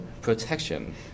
protection